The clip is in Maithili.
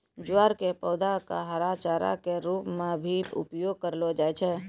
ज्वार के पौधा कॅ हरा चारा के रूप मॅ भी उपयोग करलो जाय छै